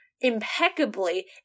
impeccably